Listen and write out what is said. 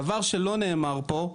דבר שלא נאמר פה,